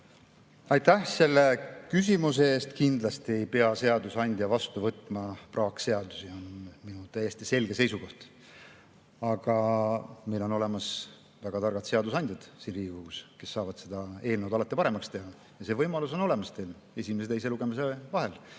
Aitäh selle küsimuse eest! Kindlasti ei pea seadusandja vastu võtma praakseadusi, on minu täiesti selge seisukoht, aga meil on Riigikogus olemas väga targad seadusandjad, kes saavad seda eelnõu alati paremaks teha. See võimalus on teil olemas esimese ja teise lugemise vahel.